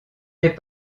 est